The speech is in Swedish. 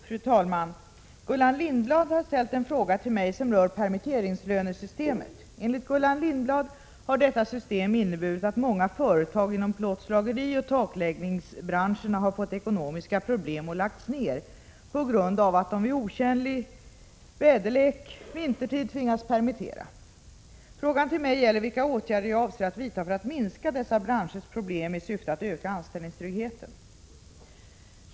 Fru talman! Gullan Lindblad har ställt en fråga till mig som rör permitteringslönesystemet. Enligt Gullan Lindblad har detta system inneburit att många företag inom plåtslagerioch takläggningsbranscherna har fått ekonomiska problem och lagts ner på grund av att de vid otjänlig väderlek vintertid tvingats permittera. Frågan till mig gäller vilka åtgärder jag avser att vidta för att minska dessa branschers problem i syfte att öka anställningstryggheten.